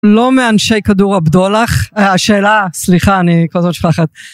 לא מאנשי כדור הבדולח. השאלה, סליחה, אני כל הזמן שוכחת